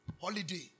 Holiday